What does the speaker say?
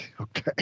Okay